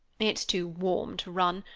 it's too warm to run.